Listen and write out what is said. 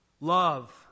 Love